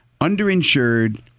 underinsured